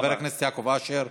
חבר הכנסת יעקב אשר.